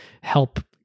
help